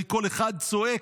כי כל אחד צועק: